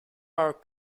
are